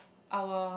our